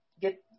get